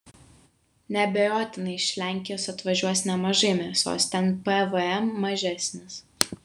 neabejotinai iš lenkijos atvažiuos nemažai mėsos ten pvm mažesnis